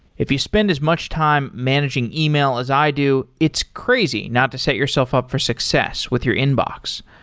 if you spend as much time managing email as i do, it's crazy not to set yourself up for success with your inbox.